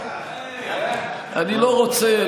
אני לא רוצה,